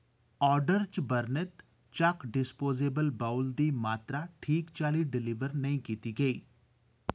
order च बर्णत चक डिस्पोजेबल बाउल दी मात्तरा ठीक चाल्ली डिलीवर नेईं कीती गेई